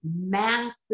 massive